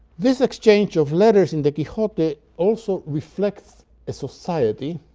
this exchange of letters in the quixote also reflects a society